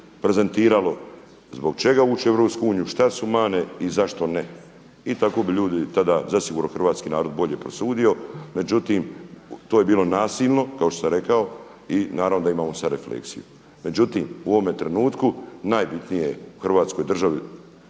prezentiralo zbog čega ući u Europsku uniju, što su manje i zašto ne. I tako bi ljudi tada zasigurno hrvatski narod bolje prosudio. Međutim, to je bilo nasilno kao što sam rekao i naravno da imamo sada refleksiju. Međutim, u ovome trenutku najbitnije je u Hrvatskoj državi